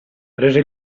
prese